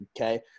Okay